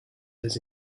his